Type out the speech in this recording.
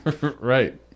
Right